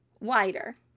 wider